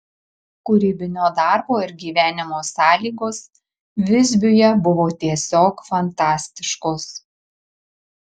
kūrybinio darbo ir gyvenimo sąlygos visbiuje buvo tiesiog fantastiškos